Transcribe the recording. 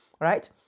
right